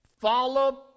Follow